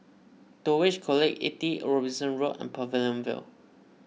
Dulwich College eighty Robinson Road and Pavilion View